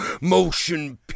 Motion